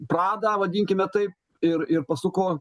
pradą vadinkime taip ir ir pasuko